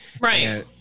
Right